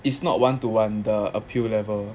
it's not one to one the appeal level